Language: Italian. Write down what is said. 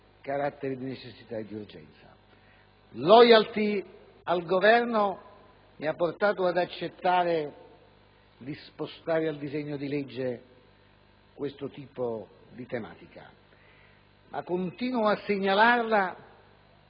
carattere di necessità e di urgenza.